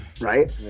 right